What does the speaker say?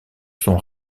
son